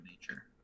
nature